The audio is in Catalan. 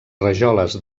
rajoles